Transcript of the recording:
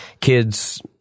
kids